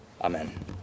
Amen